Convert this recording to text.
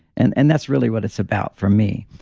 and and that's really what it's about for me.